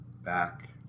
back